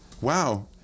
Wow